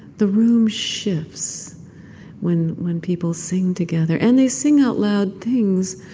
the room shifts when when people sing together. and they sing out loud things,